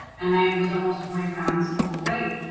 and i was almost forty pounds overweight.